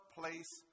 place